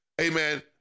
amen